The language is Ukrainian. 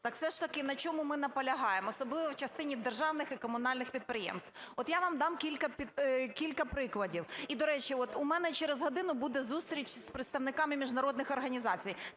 так все ж таки на чому ми наполягаємо, особливо в частині державних і комунальних підприємств? От я вам дам кілька прикладів, і, до речі, у мене через годину буде зустріч з представниками міжнародних організацій.